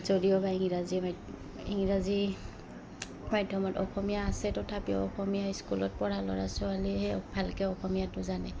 যদিও বা ইংৰাজী ম্য ইংৰাজী মাধ্যমত অসমীয়া আছে তথাপিও অসমীয়া স্কুলত পঢ়া ল'ৰা ছোৱালীয়েহে ভালকৈ অসমীয়াটো জানে